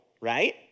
right